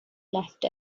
left